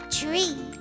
tree